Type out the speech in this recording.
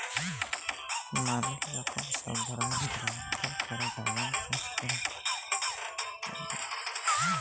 ম্যালা রকমের সব ধরল হ্যয় যাতে ক্যরে বাগানে চাষ ক্যরে